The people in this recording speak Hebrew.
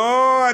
לא,